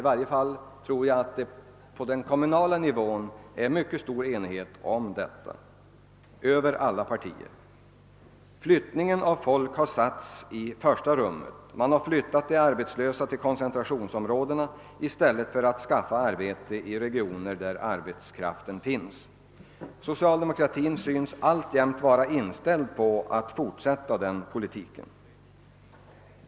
I varje fall tror jag att på den kommunala nivån råder mycket stor enighet om detta över alla partier. Flyttningen av folk har satts i första rummet. Man har flyttat de arbetslösa till koncentrationsområdena i stället för att skaffa arbete i de regioner där arbetskraften finns. Socialdemokratin synes alltjämt vara inställd på att fortsätta den politiken.